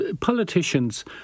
politicians